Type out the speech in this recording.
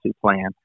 plan